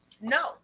No